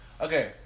Okay